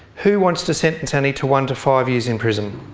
who wants to sentence annie to one to five years in prison?